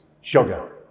Sugar